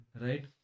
right